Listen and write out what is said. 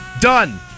done